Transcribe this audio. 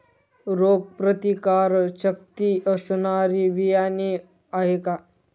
रोगप्रतिकारशक्ती असणारी बियाणे आहे का?